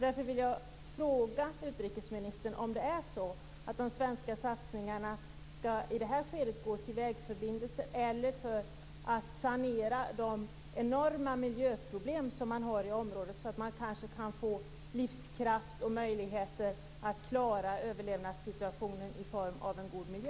Därför vill jag fråga utrikesministern om de svenska satsningarna i det här skedet skall gå till vägförbindelser eller till en sanering av de enorma miljöskador som finns i området, så att man kan få livskraft och möjlighet att klara överlevnadssitutaionen i form av en god miljö.